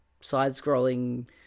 side-scrolling